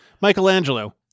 michelangelo